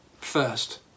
First